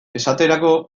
esaterako